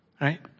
Right